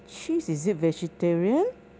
cheese is it vegetarian